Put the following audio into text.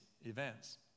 events